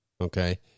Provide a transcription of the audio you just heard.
Okay